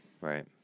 right